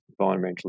environmentally